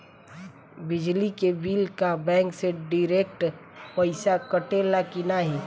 बिजली के बिल का बैंक से डिरेक्ट पइसा कटेला की नाहीं?